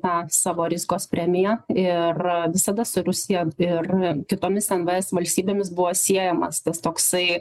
tą savo rizikos premiją ir visada su rusija ir kitomis nvs valstybėmis buvo siejamas tas toksai